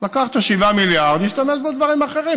לקח את ה-7 מיליארד והשתמש בו לדברים אחרים.